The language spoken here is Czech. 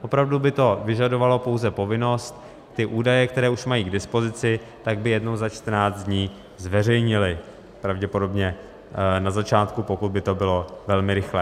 Opravdu by to vyžadovalo pouze povinnost údaje, které už mají k dispozici, tak by jednou za čtrnáct dní zveřejnili, pravděpodobně na začátku, pokud by to bylo velmi rychlé.